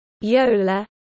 Yola